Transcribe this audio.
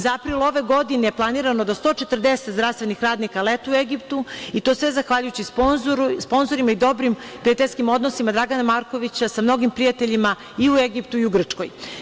Za april ove godine je planirano da 140 zdravstvenih radnika letuje u Egiptu i to sve zahvaljujući sponzorima i dobrim prijateljskim odnosima Dragana Markovića sa mnogim prijateljima i u Egiptu i u Grčkoj.